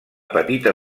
petita